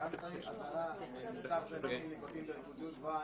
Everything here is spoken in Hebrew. צריך אזהרה שמוצר זה מכיל ניקוטין בריכוזיות גבוה,